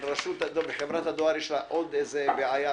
ולחברת הדואר יש עוד איזו בעיה,